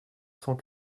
cent